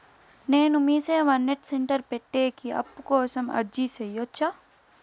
నేను Meeseva net centre పెట్టేకి అప్పు కోసం అర్జీ సేయొచ్చా?